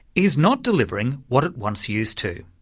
is not delivering what it once used to.